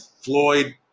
Floyd